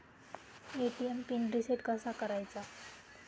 ATM PIN reset कसा करायचा?